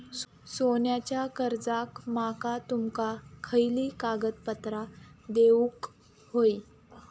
सोन्याच्या कर्जाक माका तुमका खयली कागदपत्रा देऊक व्हयी?